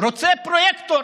רוצה פרויקטור,